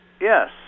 Yes